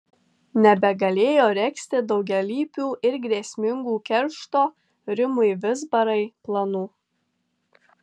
nebegalėjo regzti daugialypių ir grėsmingų keršto rimui vizbarai planų